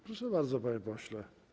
Proszę bardzo, panie pośle.